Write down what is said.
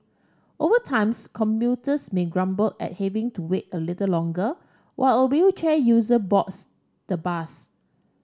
over times commuters may grumble at having to wait a little longer while a wheelchair user boards the bus